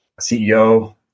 CEO